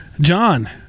John